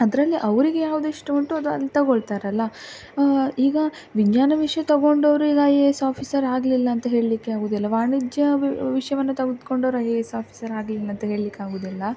ಅದರಲ್ಲಿ ಅವರಿಗೆ ಯಾವುದು ಇಷ್ಟ ಉಂಟು ಅದು ಅಲ್ಲಿ ತಗೊಳ್ತಾರಲ್ಲ ಈಗ ವಿಜ್ಞಾನ ವಿಷಯ ತಗೊಂಡವರು ಈಗ ಐ ಎ ಎಸ್ ಆಫೀಸರ್ ಆಗಲಿಲ್ಲ ಅಂತ ಹೇಳ್ಳಿಕ್ಕೆ ಆಗುವುದಿಲ್ಲ ವಾಣಿಜ್ಯ ವಿಷ್ಯವನ್ನು ತೆಗೆದ್ಕೊಂಡವರು ಐ ಎ ಎಸ್ ಆಫೀಸರ್ ಆಗಲಿಲ್ಲ ಅಂತ ಹೇಳಿಕ್ಕೆ ಆಗುವುದಿಲ್ಲ